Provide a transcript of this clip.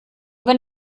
wenn